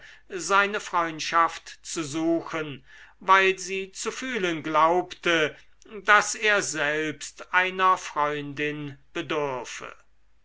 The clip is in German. seine freundschaft zu suchen weil sie zu fühlen glaubte daß er selbst einer freundin bedürfe